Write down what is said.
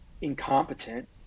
incompetent